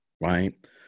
Right